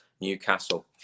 Newcastle